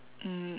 um